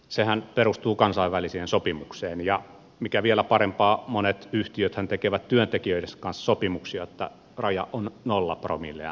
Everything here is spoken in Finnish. sehän perustuu kansainväliseen sopimukseen ja mikä vielä parempaa monet yhtiöthän tekevät työntekijöidensä kanssa sopimuksia että raja on nolla promillea